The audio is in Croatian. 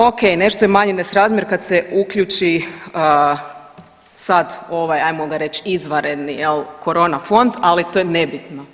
O.k. Nešto je manji nesrazmjer kad se uključi sad ovaj hajmo ga reći izvanredni corona fond, ali to je nebitno.